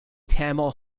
tamil